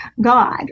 God